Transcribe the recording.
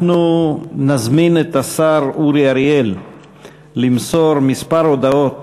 אנחנו נזמין את השר אורי אריאל למסור כמה הודעות